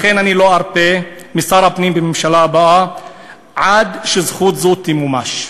לכן אני לא ארפה משר הפנים בממשלה הבאה עד שזכות זו תמומש.